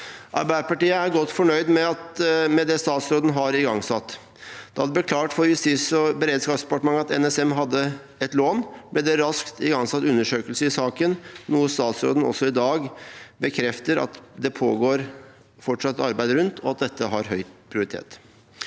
Arbeiderpartiet er godt fornøyd med det statsråden har igangsatt. Da det ble klart for Justis- og beredskapsdepartementet at NSM hadde et lån, ble det raskt igangsatt undersøkelser i saken, noe statsråden også bekrefter i dag at det fortsatt pågår arbeid rundt, og at dette har høy prioritet.